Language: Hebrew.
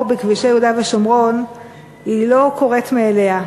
בכבישי יהודה ושומרון לא קורית מאליה.